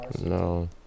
No